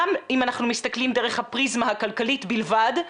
גם אם אנחנו מסתכלים דרך הפריזמה הכלכלית בלבד,